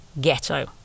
ghetto